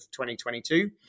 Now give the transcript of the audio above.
2022